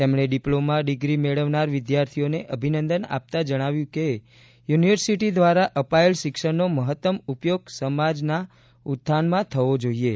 તેમણે diploma degree મેળવનારા વિદ્યાર્થીઓને અભિનંદન આપતા જણાવ્યું કે યુનિવર્સિટી દ્વારા અપાયેલ શિક્ષણનો મહત્તમ ઉપયોગ સમાજ ઉત્થાનમાં થવો જોઈએ